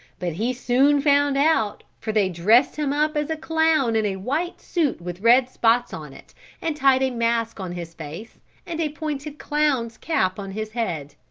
but he soon found out for they dressed him up as a clown in a white suit with red spots on it and tied a mask on his face and a pointed clown's cap on his head.